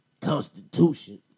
Constitution